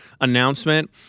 announcement